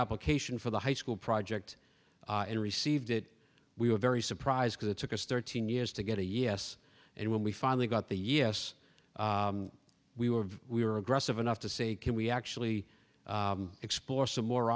application for the high school project and received it we were very surprised because it took us thirteen years to get a yes and when we finally got the yes we were we were aggressive enough to say can we actually explore some more